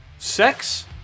Sex